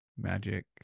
magic